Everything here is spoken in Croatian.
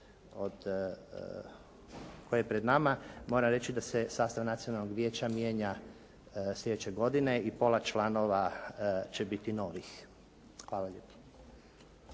koje je pred nama. Moram reći da se sastav Nacionalnog vijeća mijenja sljedeće godine i pola članova će biti novih. Hvala lijepo.